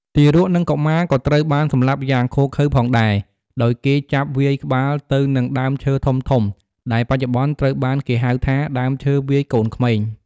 ទារក និងកុមារក៏ត្រូវបានសម្លាប់យ៉ាងឃោរឃៅផងដែរ ដោយគេចាប់វាយក្បាលទៅនឹងដើមឈើធំៗ ដែលបច្ចុប្បន្នត្រូវបានគេហៅថា "ដើមឈើវាយកូនក្មេង"។